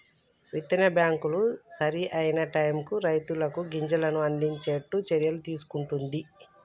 విత్తన బ్యాంకులు సరి అయిన టైముకు రైతులకు గింజలను అందిచేట్టు చర్యలు తీసుకుంటున్ది